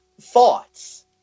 thoughts